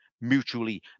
mutually